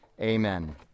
Amen